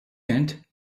int